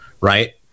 right